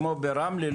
כמו ברמלה,